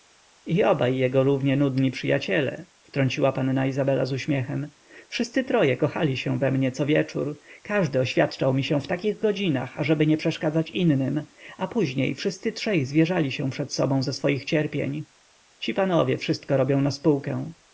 i obaj jego równie nudni przyjaciele wtrąciła panna izabela z uśmiechem wszyscy trzej kochali się we mnie co wieczór każdy oświadczał mi się w takich godzinach ażeby nie przeszkadzać innym a później wszyscy trzej zwierzali się przed sobą ze swoich cierpień ci panowie wszystko robią na spółkę